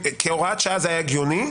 כהוראת שעה זה היה הגיוני.